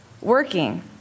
working